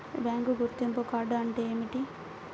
Bank గుర్తింపు card అంటే ఏమిటి?